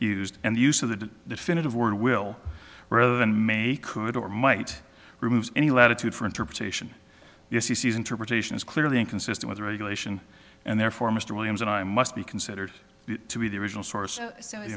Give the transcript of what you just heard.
used and the use of the definitive word will rather than make could or might remove any latitude for interpretation yes he sees interpretations clearly inconsistent with the regulation and therefore mr williams and i must be considered to be the original source of